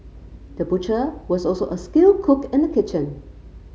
the butcher was also a skilled cook in the kitchen